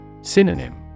Synonym